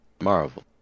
Marvel